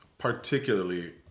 particularly